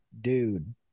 Dude